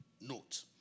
note